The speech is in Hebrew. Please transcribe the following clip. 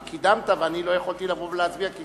וקידמת, ואני לא יכולתי לבוא ולהצביע כי